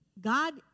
God